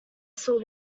saw